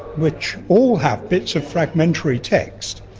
which all have bits of fragmentary text,